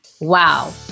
Wow